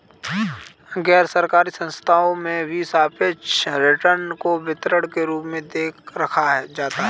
गैरसरकारी संस्थाओं में भी सापेक्ष रिटर्न को वितरण के रूप में रखा जाता है